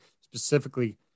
specifically